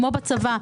כמו בצבא,